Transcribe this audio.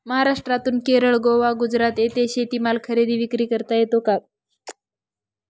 महाराष्ट्रातून केरळ, गोवा, गुजरात येथे शेतीमाल खरेदी विक्री करता येतो का?